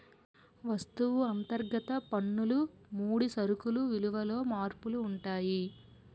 వస్తువు అంతర్గత పన్నులు ముడి సరుకులు విలువలలో మార్పులు ఉంటాయి